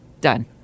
Done